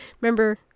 Remember